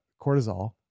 cortisol